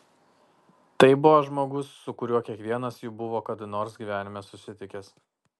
tai buvo žmogus su kuriuo kiekvienas jų buvo kada nors gyvenime susitikęs